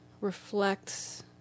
reflects